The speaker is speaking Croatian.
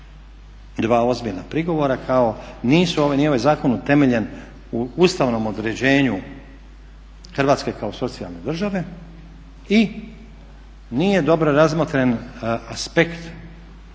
dva ozbiljna prigovora kao nije ovaj zakon utemeljen u ustavnom određenju Hrvatske kao socijalne države i nije dobro razmotren aspekt